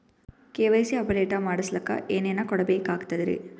KYC update ಮಾಡಸ್ಲಕ ಏನೇನ ಕೊಡಬೇಕಾಗ್ತದ್ರಿ?